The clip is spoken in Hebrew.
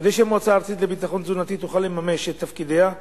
כדי שהמועצה הארצית לביטחון תזונתי תוכל לממש את תפקידיה,